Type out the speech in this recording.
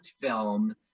film